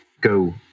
go